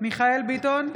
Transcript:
מיכאל מרדכי ביטון,